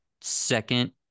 second